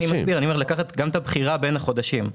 לקחת גם את הבחירה בין החודשים.